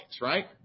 right